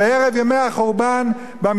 במלה הגסה "משתמטים",